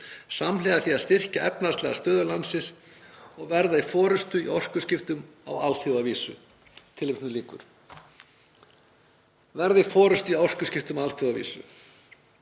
samhliða því að styrkja efnahagslega stöðu landsins og verða í forystu í orkuskiptum á alþjóðavísu.“